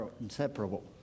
inseparable